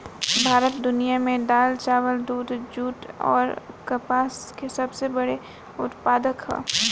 भारत दुनिया में दाल चावल दूध जूट आउर कपास के सबसे बड़ उत्पादक ह